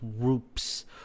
groups